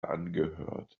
angehört